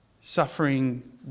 Suffering